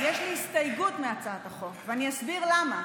יש לי הסתייגות מהצעת החוק, ואני אסביר למה.